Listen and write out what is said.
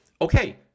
okay